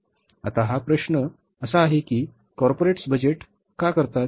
आता हा प्रश्न असा आहे की कॉर्पोरेट्स बजेट बजेट का करतात